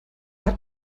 hat